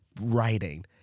writing